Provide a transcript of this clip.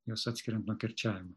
juos atskiriant nuo kirčiavimo